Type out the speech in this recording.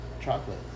Chocolate